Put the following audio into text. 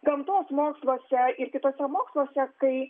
gamtos moksluose ir kituose moksluose tai